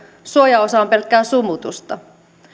suojaosa on pelkkää sumutusta